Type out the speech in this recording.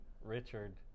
Richard